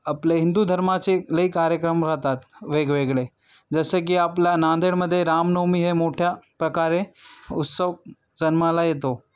आपले हिंदू धर्माचे लई कार्यक्रम राहतात वेगवेगळे जसे की आपला नांदेडमध्ये रामनवमी हे मोठ्या प्रकारे उत्सव जन्माला येतो